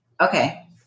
Okay